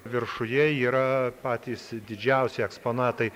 viršuje yra patys didžiausi eksponatai